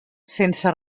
sense